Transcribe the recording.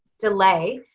delay.